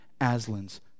Aslan's